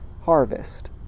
harvest